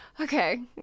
Okay